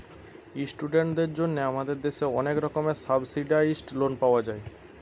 ইস্টুডেন্টদের জন্যে আমাদের দেশে অনেক রকমের সাবসিডাইসড লোন পাওয়া যায়